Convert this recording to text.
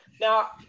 Now